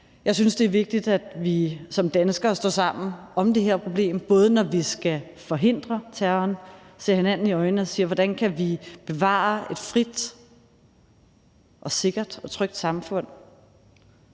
Jeg synes, det er vigtigt, at vi som danskere står sammen om det her problem, både når vi skal forhindre terror, og når vi ser hinanden i øjnene og spørger: Hvordan kan vi bevare et frit, sikkert og trygt samfund